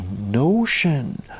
notion